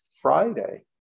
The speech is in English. Friday